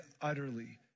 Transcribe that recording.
utterly